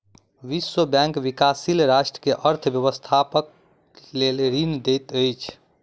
विश्व बैंक विकाशील राष्ट्र के अर्थ व्यवस्थाक लेल ऋण दैत अछि